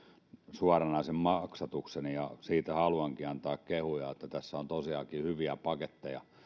suoranaisen maksatuksen ja siitä haluankin antaa kehuja että tässä on tosiaankin hyviä paketteja